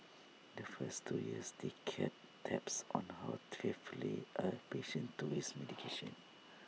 the first two years they kept tabs on how faithfully A patient took his medication